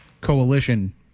coalition